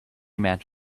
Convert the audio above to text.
amount